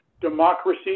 democracy